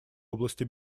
области